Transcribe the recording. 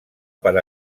per